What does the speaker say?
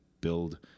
build